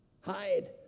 Hide